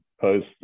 Post